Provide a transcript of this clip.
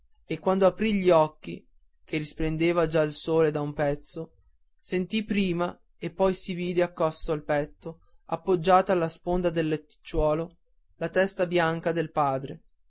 e quando aprì gli occhi che splendeva già il sole da un pezzo sentì prima e poi si vide accosto al petto appoggiata sulla sponda del letticciolo la testa bianca del padre